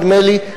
נדמה לי,